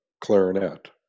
clarinet